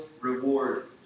reward